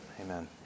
Amen